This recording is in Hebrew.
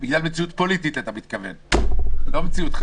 אתה מתכוון בגלל מציאות פוליטית.